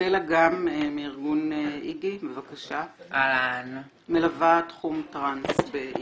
בל אגם מארגון איגי, בבקשה, מלווה תחום טרנס.